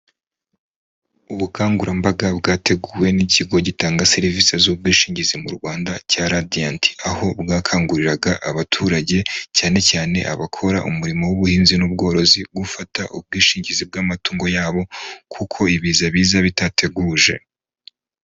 Ubukangurambaga bwateguwe n'ikigo gitanga serivisi z'ubwishingizi mu Rwanda cya Radiant, aho bwakanguriraga abaturage cyane cyane abakora umurimo w'ubuhinzi n'ubworozi gufata ubwishingizi bw'amatungo yabo, kuko ibiza biza bitateguje.